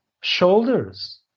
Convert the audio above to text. shoulders